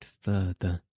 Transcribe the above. further